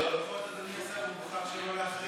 לפחות אדוני השר בחר שלא להחרים את הכנסת.